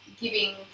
giving